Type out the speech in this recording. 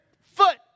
foot